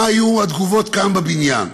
מה היו התגובות כאן בבניין.